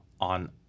on